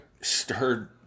stirred